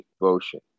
devotion